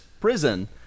prison